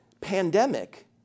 pandemic